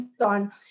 on